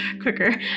quicker